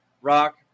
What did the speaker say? rock